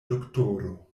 doktoro